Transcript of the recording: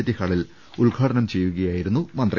T ഹാളിൽ ഉദ്ഘാടനം ചെയ്യുകയായിരുന്നു മന്ത്രി